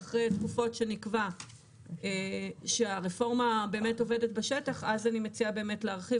אחרי התקופות שנקבע שהרפורמה באמת עובדת בשטח אז אני מציעה להרחיב,